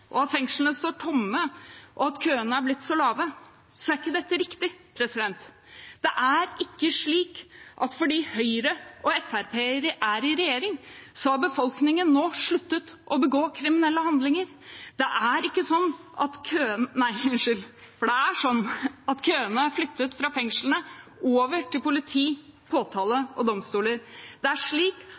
ned disse fengslene med en unnskyldning om at de innsatte kan sone med fotlenke, at fengslene står tomme, og at køene er blitt så lave, er ikke dette riktig. Det er ikke slik at fordi Høyre og Fremskrittspartiet er i regjering, har befolkningen nå sluttet å begå kriminelle handlinger. Det er slik at køene er flyttet fra fengslene over til politi, påtale og domstoler. Det er slik